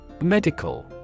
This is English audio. Medical